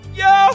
yo